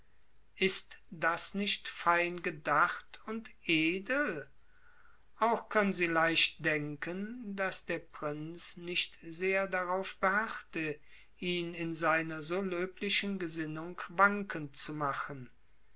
ist das nicht fein gedacht und edel auch können sie leicht denken daß der prinz nicht sehr darauf beharrte ihn in seiner so löblichen gesinnung wankend zu machen